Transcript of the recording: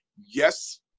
Yes